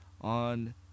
on